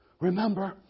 remember